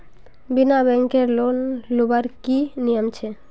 बिना बैंकेर लोन लुबार की नियम छे?